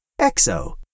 Exo